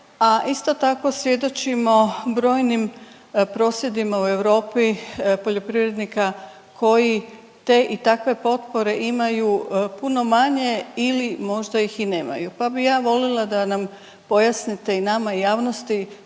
a isto tako svjedočimo brojnim prosvjedima u Europi poljoprivrednika koji te i takve potpore imaju puno manje ili možda ih i nemaju, pa bih ja volila da nam pojasnite i nama i javnosti